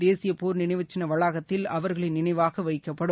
தேசிய போர் நிளைவு சின்ன வளாகத்தில் அவர்களின் நினைவாக வைக்கப்படும்